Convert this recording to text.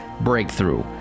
breakthrough